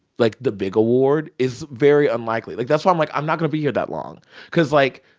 like the big award, is very unlikely. like, that's why i'm like, i'm not going to be here that long cause, like,